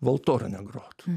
valtorna grot